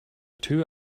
two